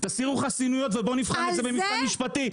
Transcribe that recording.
תסירו חסינויות ובוא נבחן את זה במבחן משפטי.